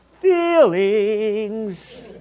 feelings